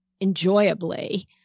enjoyably